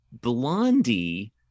Blondie